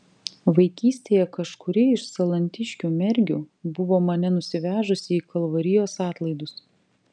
vaikystėje kažkuri iš salantiškių mergių buvo mane nusivežusi į kalvarijos atlaidus